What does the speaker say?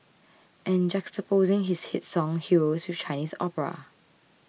and juxtaposing his hit song Heroes with Chinese opera